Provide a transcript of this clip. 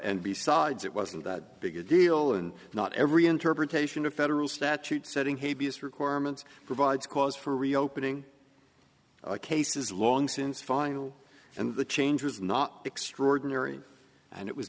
and besides it wasn't that big a deal and not every interpretation of federal statute setting he b s requirements provides cause for reopening cases long since final and the change was not extraordinary and it was